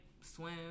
swim